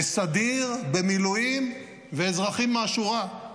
בסדיר, במילואים ואזרחים מן השורה.